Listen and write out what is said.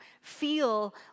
feel